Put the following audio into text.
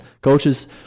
coaches